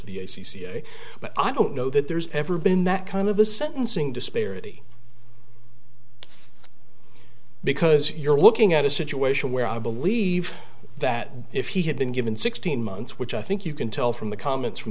cia but i don't know that there's ever been that kind of a sentencing disparity because you're looking at a situation where i believe that if he had been given sixteen months which i think you can tell from the comments from